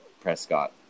Prescott